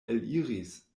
eliris